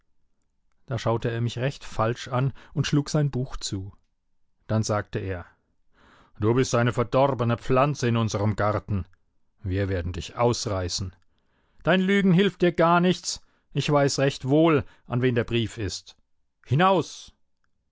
da schaute er mich recht falsch an und schlug sein buch zu dann sagte er du bist eine verdorbene pflanze in unserem garten wir werden dich ausreißen dein lügen hilft dir gar nichts ich weiß recht wohl an wen der brief ist hinaus